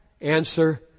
Answer